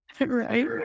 right